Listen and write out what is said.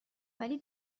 ولی